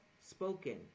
spoken